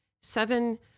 seven